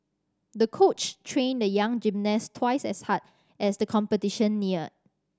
the coach trained the young gymnast twice as hard as the competition neared